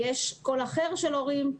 אבל יש גם קול אחר של הורים,